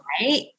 Right